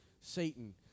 Satan